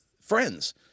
Friends